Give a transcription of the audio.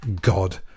god